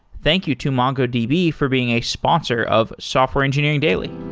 thank you to mongodb be for being a sponsor of software engineering daily